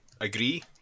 agree